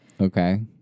Okay